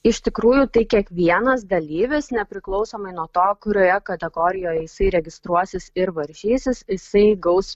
iš tikrųjų tai kiekvienas dalyvis nepriklausomai nuo to kurioje kategorijoj jisai registruosis ir varžysis jisai gaus